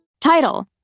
Title